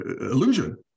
illusion